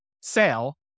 sale